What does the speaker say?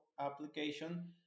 application